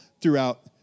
throughout